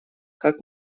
как